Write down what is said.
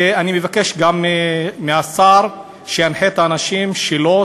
ואני מבקש גם מהשר שינחה את האנשים שלו,